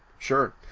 Sure